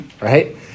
right